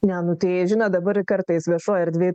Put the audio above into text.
ne nu tai žinot dabar kartais viešoj erdvėj